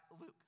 Luke